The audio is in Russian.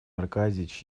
аркадьич